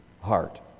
heart